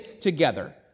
together